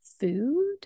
food